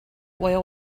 oil